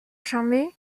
jamais